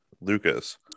lucas